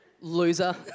Loser